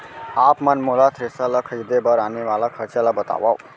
आप मन मोला थ्रेसर ल खरीदे बर आने वाला खरचा ल बतावव?